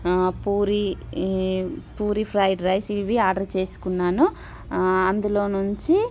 puri puri fried rice ఇవి order చేసుకున్నాను అందులో నుంచి